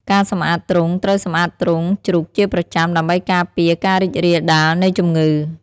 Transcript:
ការសម្អាតទ្រុង ត្រូវសម្អាតទ្រុងជ្រូកជាប្រចាំ ដើម្បីការពារការរីករាលដាលនៃជំងឺ។